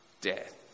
death